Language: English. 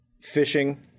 fishing